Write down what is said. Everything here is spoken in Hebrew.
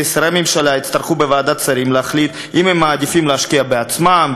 על שרי הממשלה בוועדת שרים להחליט אם הם מעדיפים להשקיע בעצמם,